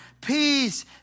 peace